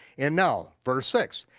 and now verse six.